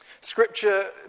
Scripture